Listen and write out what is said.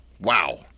Wow